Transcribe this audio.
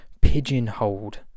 pigeonholed